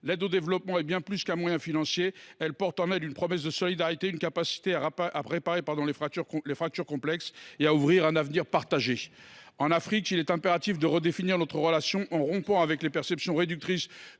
L’aide au développement est bien plus qu’un moyen financier. Elle porte en elle une promesse de solidarité, une capacité à réparer les fractures complexes et à offrir un avenir partagé. Il est impératif de redéfinir notre relation avec l’Afrique, en rompant avec les perceptions réductrices